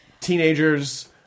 teenagers